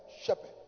shepherd